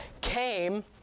came